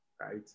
right